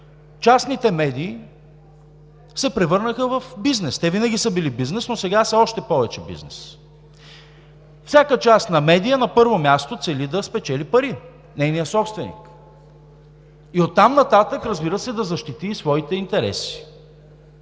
частните медии се превърнаха в бизнес – те винаги са били бизнес, но сега са още повече бизнес. Всяка частна медия, на първо място, цели да спечели пари – нейният собственик, оттам нататък, разбира се, да защити и своите интереси.